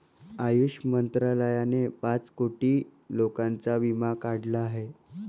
आयुष मंत्रालयाने पाच कोटी लोकांचा विमा काढला आहे